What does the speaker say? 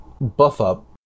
buff-up